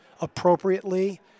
appropriately